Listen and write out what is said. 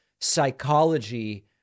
psychology